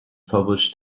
published